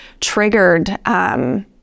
triggered